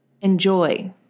enjoy